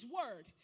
word